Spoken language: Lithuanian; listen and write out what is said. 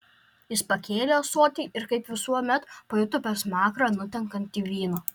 jis pakėlė ąsotį ir kaip visuomet pajuto per smakrą nutekantį vyną